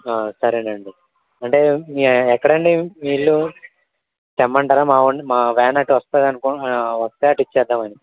సరే అండి అంటే మీ ఎక్కడ అండి మీ ఇల్లు తెమ్మంటారా మావాడిని మా వ్యాన్ అటు వస్తుంది అనుకుంటా వస్తే అటు ఇద్దామని